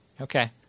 Okay